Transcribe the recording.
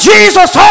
Jesus